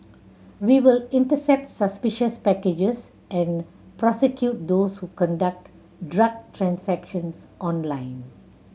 we will intercept suspicious packages and prosecute those who conduct drug transactions online